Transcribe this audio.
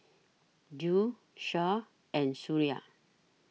Zul Shah and Suria